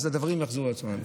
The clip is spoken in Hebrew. הדברים יחזרו על עצמם,